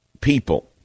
people